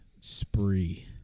spree